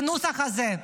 בנוסח הזה,